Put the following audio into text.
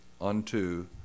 unto